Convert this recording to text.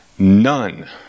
None